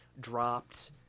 dropped